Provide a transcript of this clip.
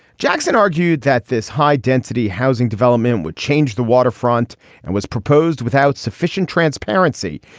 jackson argued that this high density housing development would change the waterfront and was proposed without sufficient transparency.